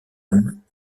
mme